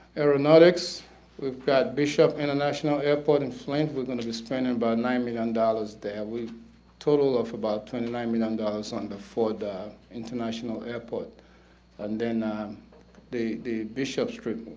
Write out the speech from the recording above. aeronautics we've got bishop international airport in flint we're going to be spending about nine million dollars there with total of about twenty nine million dollars on the ford international airport and then the, the bishops trip,